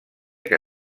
que